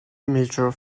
major